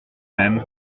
même